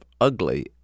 ugly